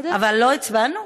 לא הצבענו?